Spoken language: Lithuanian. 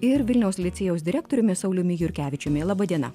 ir vilniaus licėjaus direktoriumi sauliumi jurkevičiumi laba diena